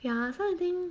ya so I think